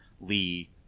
Lee